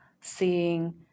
seeing